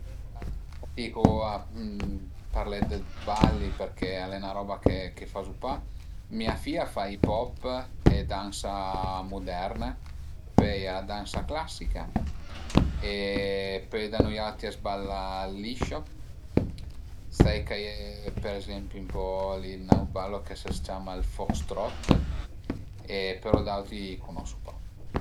Faticu a parlé dë balli përché al e 'na roba che che fazu pa. Mia fìa a fa hip hop e dansa muderna, pöi a ie la dansa classica e pöi da nui auti a s'balla ël liscio. Sai ch'a ie për ezempi ën po li ün aut ballo ch'a së ciama fox trot, però d'auti cunosu pa